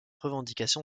revendication